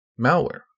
malware